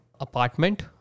apartment